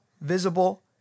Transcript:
visible